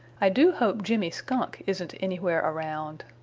i do hope jimmy skunk isn't anywhere around.